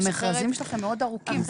המכרזים שלכם מאוד ארוכים,